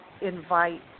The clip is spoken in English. invite